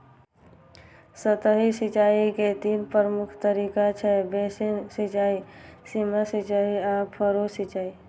सतही सिंचाइ के तीन प्रमुख तरीका छै, बेसिन सिंचाइ, सीमा सिंचाइ आ फरो सिंचाइ